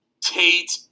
Tate